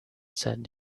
said